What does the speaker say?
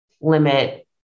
limit